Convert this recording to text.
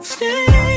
Stay